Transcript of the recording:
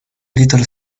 little